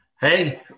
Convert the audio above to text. Hey